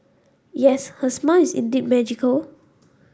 yes her smile is indeed magical